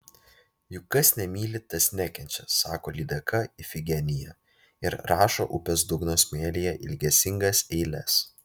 juk kas nemyli tas nekenčia sako lydeka ifigenija ir rašo upės dugno smėlyje ilgesingas eiles